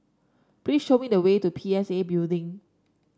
please show me the way to P S A Building